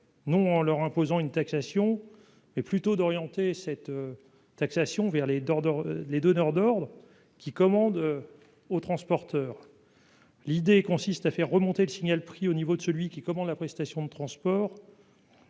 pas en leur imposant une taxation, mais en orientant celle-ci vers les donneurs d'ordres, qui commandent aux transporteurs. La mesure consiste à faire remonter le signal prix au niveau de celui qui commande la prestation de transport.